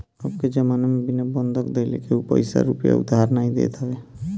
अबके जमाना में बिना बंधक धइले केहू पईसा रूपया उधार नाइ देत हवे